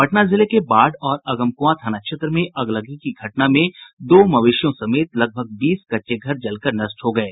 पटना जिले के बाढ़ और अगमक्आं थाना क्षेत्र में अगलगी की घटना में दो मवेशियों समेत लगभग बीस कच्चे घर जलकर नष्ट हो गये